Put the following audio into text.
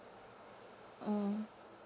mm